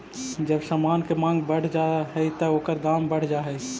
जब समान के मांग बढ़ जा हई त ओकर दाम बढ़ जा हई